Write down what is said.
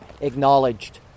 acknowledged